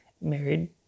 married